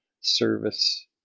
service